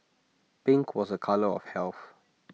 pink was A colour of health